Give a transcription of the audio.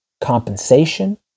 compensation